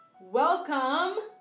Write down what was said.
Welcome